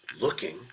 looking